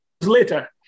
later